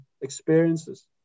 experiences